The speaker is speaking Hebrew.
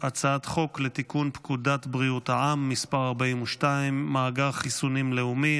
הצעת חוק לתיקון פקודת בריאות העם (מס' 42) (מאגר חיסונים לאומי),